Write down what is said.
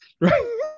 right